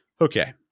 Okay